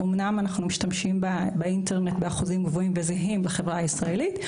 אומנם אנחנו משתמשים באינטרנט באחוזים גבוהים וזהים לחברה הישראלית,